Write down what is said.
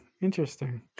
Interesting